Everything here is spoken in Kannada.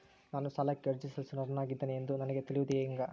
ನಾನು ಸಾಲಕ್ಕೆ ಅರ್ಜಿ ಸಲ್ಲಿಸಲು ಅರ್ಹನಾಗಿದ್ದೇನೆ ಎಂದು ನನಗ ತಿಳಿಯುವುದು ಹೆಂಗ?